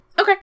okay